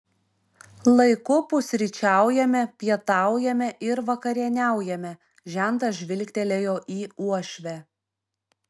laiku pusryčiaujame pietaujame ir vakarieniaujame žentas žvilgtelėjo į uošvę